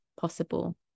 possible